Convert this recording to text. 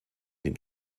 den